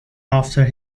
after